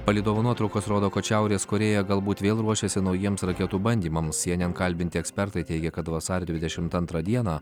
palydovų nuotraukos rodo kad šiaurės korėja galbūt vėl ruošiasi naujiems raketų bandymams cyenen kalbinti ekspertai teigia kad vasario dvidešimt antrą dieną